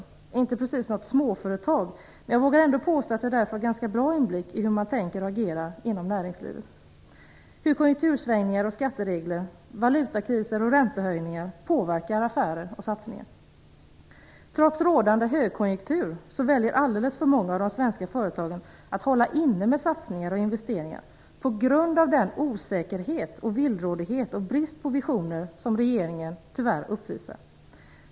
Det var inte precis något småföretag, men jag vågar ändå påstå att jag därför har ganska bra inblick i hur man tänker och agerar inom näringslivet och hur konjuktursvängningar och skatteregler, valutakriser och räntehöjningar påverkar affärer och satsningar. Trots rådande högkonjunktur väljer alldeles för många av de svenska företagen att hålla inne med satsningar och investeringar på grund av den osäkerhet, villrådighet och brist på visioner som regeringen tyvärr uppvisar.